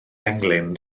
englyn